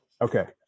Okay